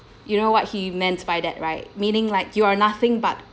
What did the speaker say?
you know what he meant by that right meaning like you are nothing but